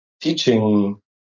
teaching